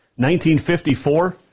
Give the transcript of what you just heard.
1954